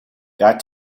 got